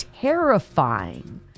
terrifying